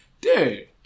Dude